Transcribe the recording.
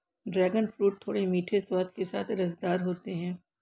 dragon fruit थोड़े मीठे स्वाद के साथ रसदार होता है